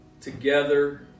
together